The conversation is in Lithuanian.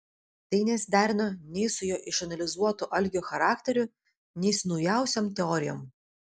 tai nesiderino nei su jo išanalizuotu algio charakteriu nei su naujausiom teorijom